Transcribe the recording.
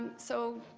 and so